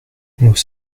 nous